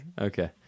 okay